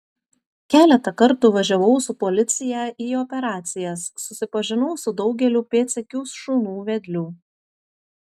keletą kartų važiavau su policiją į operacijas susipažinau su daugeliu pėdsekių šunų vedlių